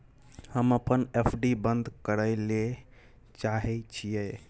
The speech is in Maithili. हम अपन एफ.डी बंद करय ले चाहय छियै